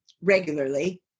regularly